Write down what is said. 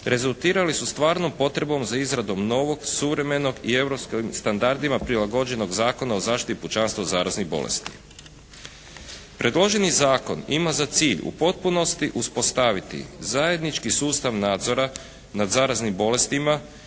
rezultirali su stvarnom potrebom za izradom novog, suvremenog i europskim standardima prilagođenog Zakona o zaštiti pučanstva od zaraznih bolesti. Predloženi zakon ima za cilj u potpunosti uspostaviti zajednički sustav nadzora nad zaraznim bolestima